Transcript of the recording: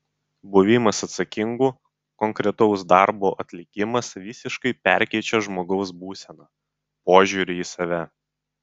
buvimas atsakingu konkretaus darbo atlikimas visiškai perkeičią žmogaus būseną požiūrį į save